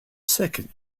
second